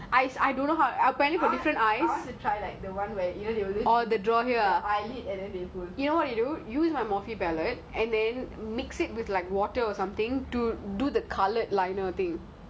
oh and then the outside I want to try the want where they your eyelid and then they do do the whole thing like that and then